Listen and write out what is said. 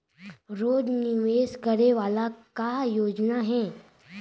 रोज निवेश करे वाला का योजना हे?